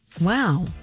wow